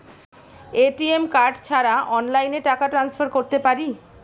ATM card ছাড়া অনলাইনে টাকা টান্সফার করতে পারি?